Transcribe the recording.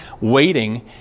waiting